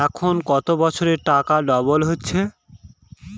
এখন কত বছরে টাকা ডবল হচ্ছে?